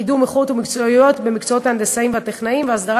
קידום איכות ומקצועיות במקצועות ההנדסאים והטכנאים והסדרת